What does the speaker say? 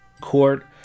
Court